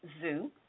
Zoo